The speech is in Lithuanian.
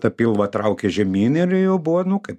tą pilvą traukė žemyn ir jau buvo nu kaip